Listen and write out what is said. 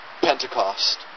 Pentecost